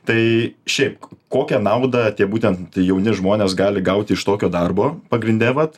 tai šiaip kokią naudą tie būtent jauni žmonės gali gauti iš tokio darbo pagrinde vat